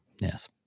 Yes